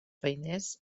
feiners